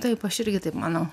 taip aš irgi taip manau